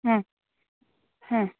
ಹ್ಞೂ ಹ್ಞೂ